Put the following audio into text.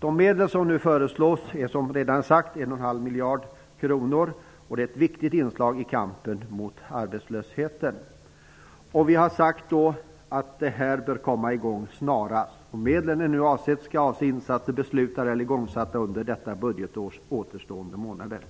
De medel som nu föreslås är, som redan sagts, 1,5 miljarder kronor. De är ett viktigt inslag i kampen mot arbetslösheten. Vi har sagt att detta bör komma i gång snarast. Medlen som nu avsatts skall avse insatser som är beslutade eller igångsatta under detta budgetsårs återstående månader.